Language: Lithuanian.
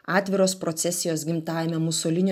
atviros procesijos gimtajame musolinio